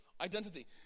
identity